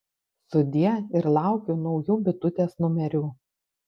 sudie ir laukiu naujų bitutės numerių